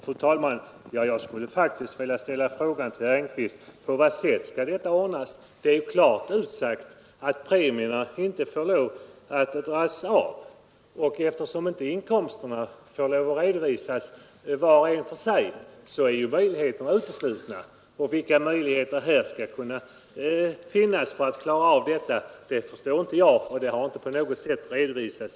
Fru talman! Jag skulle faktiskt vilja ställa frågan till herr Engkvist: På vad sätt skall detta ordnas? Det är klart utsagt att premierna för makes pensionsförsäkring inte får dras av. Eftersom var och en för sig inte får redovisa sina inkomster, är ju möjligheterna uteslutna. Vilka möjligheter det finns att här klara av detta förstår jag inte, och det har heller inte på något sätt redovisats.